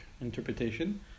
interpretation